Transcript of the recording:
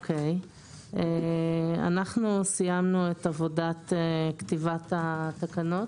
אנחנו סיימנו את עבודת כתיבת התקנות.